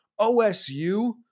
OSU